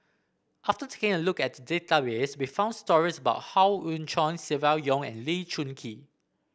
after taking a look at the database we found stories about Howe Yoon Chong Silvia Yong and Lee Choon Kee